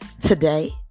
today